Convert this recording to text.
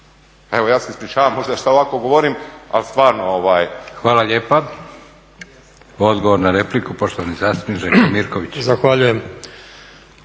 Evo, ja se ispričavam možda što ovako govorim ali stvarno. **Leko, Josip (SDP)** Hvala lijepa. Odgovor na repliku, poštovani zastupnik Željko Mirković. **Mirković,